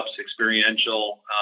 experiential